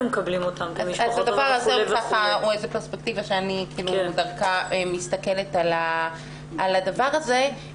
מקבלים אותם -- זאת הפרספקטיבה שאני מסתכלת דרכה על הדבר הזה.